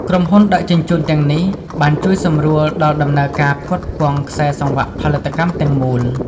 ក្រុមហ៊ុនដឹកជញ្ជូនទាំងនេះ បានជួយសម្រួលដល់ដំណើរការផ្គត់ផ្គង់ខ្សែសង្វាក់ផលិតកម្មទាំងមូល។